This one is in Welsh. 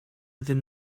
iddyn